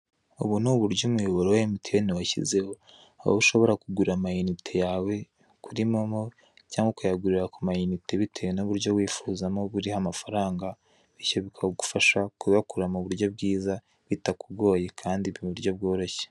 Ubu ni uburyo umuyoboro wa emutiyene washyizeho aho ushobora kugura amayinite yawe kuri momo cyangwa ukayagurira ku mayinite bitewe n'uburyo wifuza mo buriho amafaranga, bityo bikagufasha kuyakura mu buryo bwiza bitakugoye kandi mu buryo bworoshye.